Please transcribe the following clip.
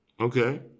Okay